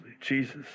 Jesus